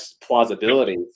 plausibility